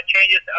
changes